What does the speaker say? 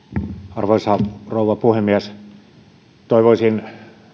arvoisa rouva puhemies toivoisin